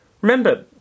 Remember